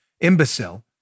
imbecile